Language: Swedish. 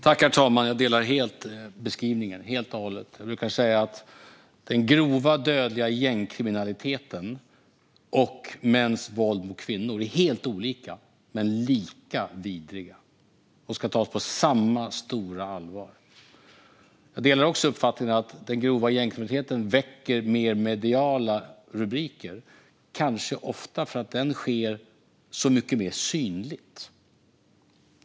Herr talman! Jag delar helt beskrivningen. Jag brukar säga att den grova, dödliga gängkriminaliteten och mäns våld mot kvinnor är helt olika men lika vidriga och ska tas på samma stora allvar. Jag delar också uppfattningen att den grova gängkriminaliteten ger mer rubriker i medierna, kanske för att den sker mycket mer synligt.